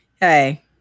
hey